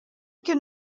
can